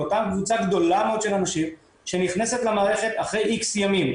באותה קבוצה גדולה מאוד של אנשים שנכנסת למערכת אחרי X ימים,